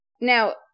now